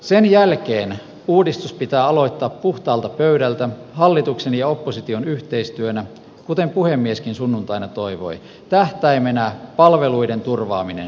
sen jälkeen uudistus pitää aloittaa puhtaalta pöydältä hallituksen ja opposition yhteistyönä kuten puhemieskin sunnuntaina toivoi tähtäimenä palveluiden turvaaminen suomalaisille